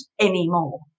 anymore